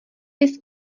bys